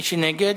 מי שנגד,